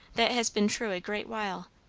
that has been true a great while.